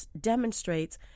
demonstrates